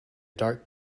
dark